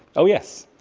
oh, yes.